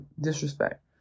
disrespect